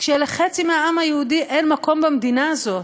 כשלחצי מהעם היהודי אין מקום במדינה הזאת?